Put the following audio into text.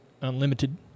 unlimited